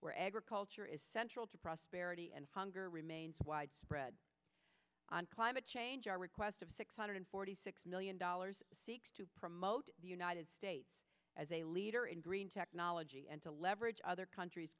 where agriculture is central to prosperity and hunger remains widespread on climate change our request of six hundred forty six million dollars seeks to promote the united states as a leader in green technology and to leverage other countries